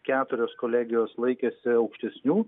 keturios kolegijos laikėsi aukštesnių